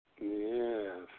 Yes